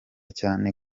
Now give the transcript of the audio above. cyane